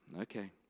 Okay